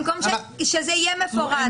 שזה יהיה מפורט,